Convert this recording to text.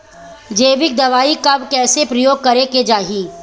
जैविक दवाई कब कैसे प्रयोग करे के चाही?